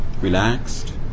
relaxed